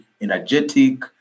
energetic